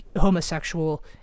homosexual